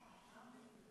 הנני